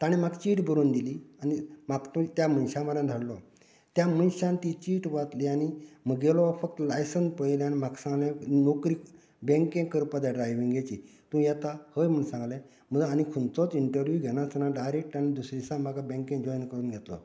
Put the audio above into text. ताणें म्हाका चीट बरोन दिली आनी म्हाक त्या मनशा म्हऱ्या धाडलो त्या मनशान ती चीट वाचली आनी म्हगेलो फक्त लायसन पळयलें आनी माका सांगलें नोकरी बँके करपा जाय ड्रायव्हींगेंची तूं येता हय म्हूण सांगलें म्हजो आनी खंयचोच इंटरवीव घेनासतना डायरेट ताणें दुसऱ्या दिसा म्हाका बँकेन जॉयन कन्न घेतलो